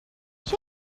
چرا